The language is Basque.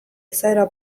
izaera